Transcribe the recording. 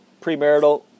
premarital